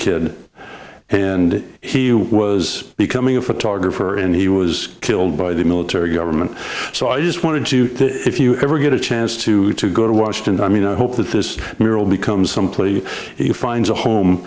kid and he was becoming a photographer and he was killed by the military government so i just wanted to if you ever get a chance to go to washington i mean i hope that this mural becomes some plea he finds a home